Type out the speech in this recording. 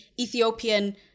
Ethiopian